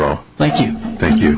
oh thank you thank you